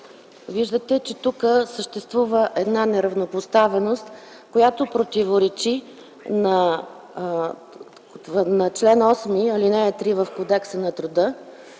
Виждате, че тук съществува неравнопоставеност, която противоречи на чл. 8, ал. 3 в Кодекса на труда,